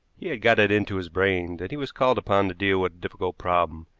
he had got it into his brain that he was called upon to deal with a difficult problem,